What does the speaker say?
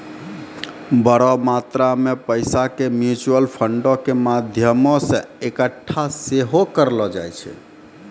बड़ो मात्रा मे पैसा के म्यूचुअल फंडो के माध्यमो से एक्कठा सेहो करलो जाय छै